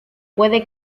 puede